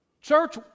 Church